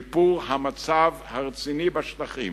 השיפור הרציני של המצב בשטחים,